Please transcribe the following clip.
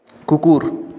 কুকুর